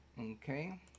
Okay